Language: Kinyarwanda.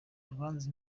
rwanze